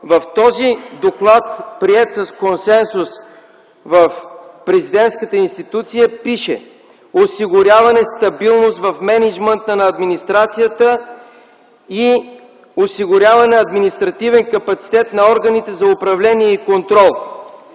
В този доклад, приет с консенсус в Президентската институция, пише: „Осигуряване стабилност в мениджмънта на администрацията и осигуряване на административен капацитет на органите за управление и контрол